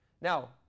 Now